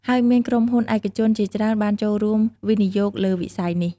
ហើយមានក្រុមហ៊ុនឯកជនជាច្រើនបានចូលរួមវិនិយោគលើវិស័យនេះ។